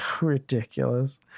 ridiculous